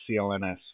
CLNS